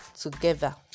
together